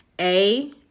A-